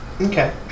Okay